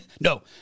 no